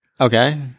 Okay